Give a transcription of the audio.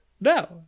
No